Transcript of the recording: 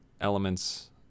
elements